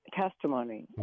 testimony